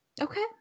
okay